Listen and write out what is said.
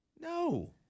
No